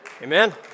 Amen